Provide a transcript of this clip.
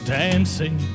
dancing